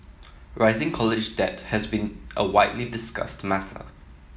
rising college debt has been a widely discussed matter